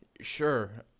Sure